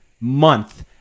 month